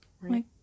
Right